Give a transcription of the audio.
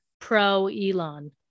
pro-Elon